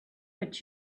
but